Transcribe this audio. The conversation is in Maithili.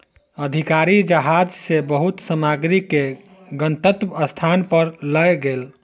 अधिकारी जहाज सॅ बहुत सामग्री के गंतव्य स्थान पर लअ गेल